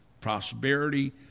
prosperity